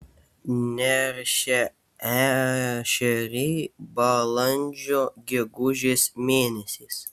neršia ešeriai balandžio gegužės mėnesiais